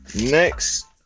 Next